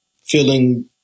feeling